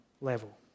level